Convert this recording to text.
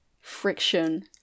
friction